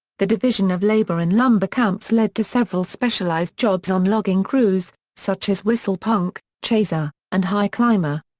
the division of labour in lumber camps led to several specialized jobs on logging crews, such as whistle punk, chaser, and high climber.